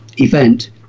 event